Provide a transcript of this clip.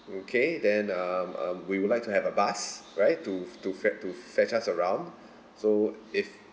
okay then uh um we would like to have a bus right to to fet~ to fetch us around so if